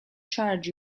charge